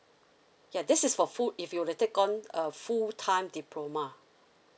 ya this is for full if you will take on a full time diploma